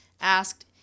asked